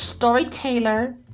Storyteller